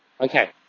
okay